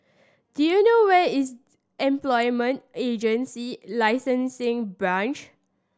do you know where is Employment Agency Licensing Branch